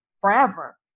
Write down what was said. forever